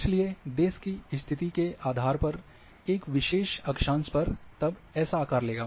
इसलिए देश की स्तिथि के आधार पर एक विशेष अक्षांश पर तब ऐसा आकार लेगा